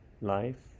life